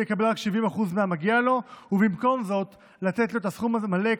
יקבל רק 70% מהמגיע לו ובמקום זאת לתת לו את הסכום המלא,